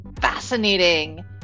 fascinating